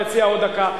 מציע עוד דקה.